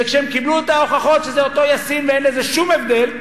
וכשהם קיבלו את ההוכחות שזה אותו יאסין ואין שום הבדל,